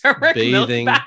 bathing